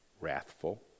wrathful